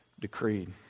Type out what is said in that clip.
Decreed